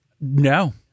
No